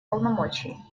полномочий